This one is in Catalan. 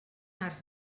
arcs